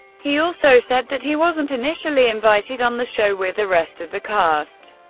he also said that he wasn't initially invited on the show with the rest of the cast.